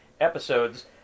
episodes